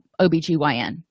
OBGYN